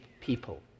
people